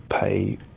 pay